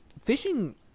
Fishing